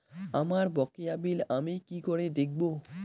আমার বকেয়া বিল আমি কি করে দেখব?